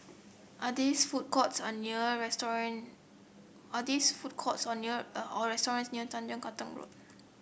are this food courts or near are this food courts or near or restaurants near Tanjong Katong Road